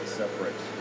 separate